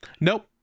Nope